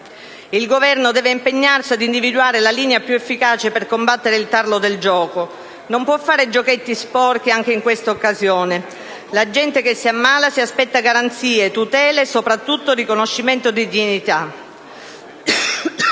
Il Governo deve impegnarsi ad individuare la linea più efficace per combattere il tarlo del gioco. Non può fare giochetti sporchi anche in quest'occasione: la gente che si ammala si aspetta garanzie, tutele e soprattutto riconoscimento di dignità.